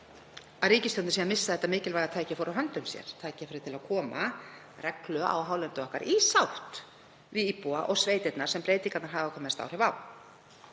að ríkisstjórnin sé að missa þetta mikilvæga tækifæri úr höndum sér, tækifæri til að koma reglu á hálendið okkar í sátt við íbúa og sveitirnar sem breytingarnar hafa hvað mest áhrif á.